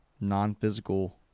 non-physical